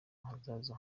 ahazaza